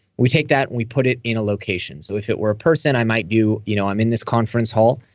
we take that, and we put it in a location. so if it were a person, i might do, you know i'm in this conference hall.